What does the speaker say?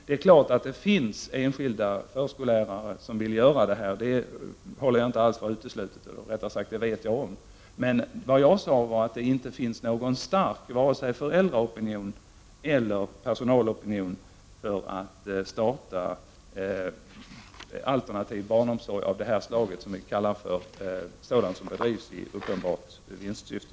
Jag vet att det finns enskilda förskollärare som vill starta eget, men vad jag sade var att det inte finns någon stark vare sig föräldraopinion eller personalopinion som vill starta alternativ barnomsorg som bedrivs i uppenbart vinstsyfte.